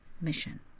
mission